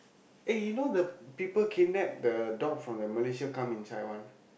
eh you know the people kidnap the dog from the Malaysia come inside one